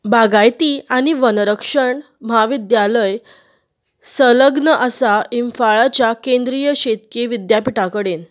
बागायती आनी वनरक्षण म्हाविद्यालय संलग्न आसा इम्फाळाच्या केंद्रीय शेतकी विद्यापीठाकडेन